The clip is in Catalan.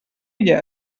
que